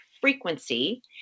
frequency